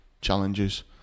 challenges